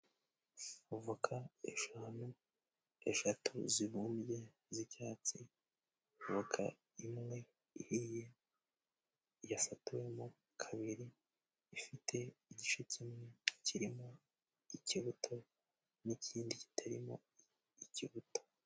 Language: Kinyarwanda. Avoka eshanu, eshatu zibumbye z'icyatsi, avoka imwe ihiye yasatuwe mo kabiri, ifite igice kimwe kiri mo ikibuto n'ikindi kitari mo ikibuto.